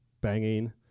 banging